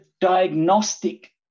diagnostic